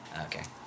Okay